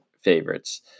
favorites